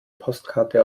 postkarte